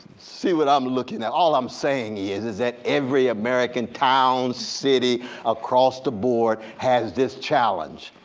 see what i'm looking at. all i'm saying is is that every american town, city across the board has this challenge.